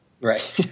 Right